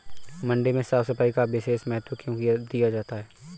मंडी में साफ सफाई का विशेष महत्व क्यो दिया जाता है?